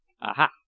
Aha